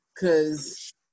Cause